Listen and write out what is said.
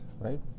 right